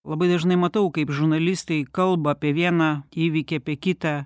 labai dažnai matau kaip žurnalistai kalba apie vieną įvykį apie kitą